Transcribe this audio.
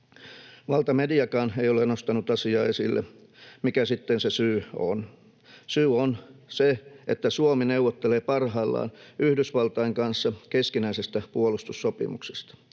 Valtamediakaan ei ole nostanut asiaa esille. Mikä sitten se syy on? Syy on se, että Suomi neuvottelee parhaillaan Yhdysvaltain kanssa keskinäisestä puolustussopimuksesta.